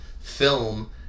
film